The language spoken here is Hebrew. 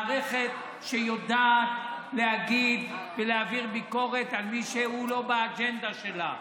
מערכת שיודעת להגיד ולהעביר ביקורת על מי שהוא לא באג'נדה שלה.